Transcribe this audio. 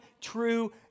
true